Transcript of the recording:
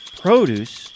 produce